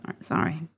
sorry